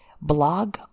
blog